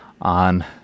on